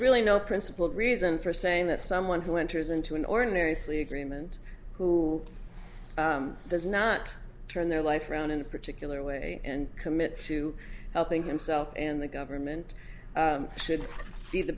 really no principled reason for saying that someone who enters into an ordinary plea agreement who does not turn their life around in a particular way and commit to helping himself and the government should be the